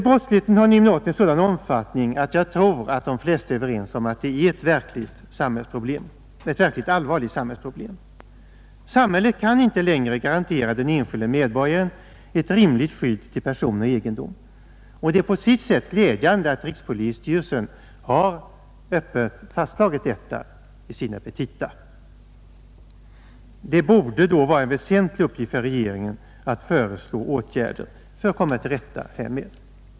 Brottsligheten har nu nått en sådan omfattning att jag tror de flesta är överens om att den är ett verkligt allvarligt samhällsproblem. Samhället kan inte längre garantera den enskilde medborgaren ett rimligt skydd till person och egendom. Det är på sitt sätt glädjande att rikspolisstyrelsen öppet har fastslagit detta i sina petita. Det borde då vara en väsentlig uppgift för regeringen att föreslå åtgärder för att komma till rätta härmed.